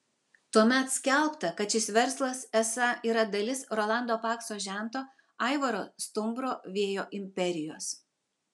tuomet skelbta kad šis verslas esą yra dalis rolando pakso žento aivaro stumbro vėjo imperijos